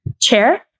Chair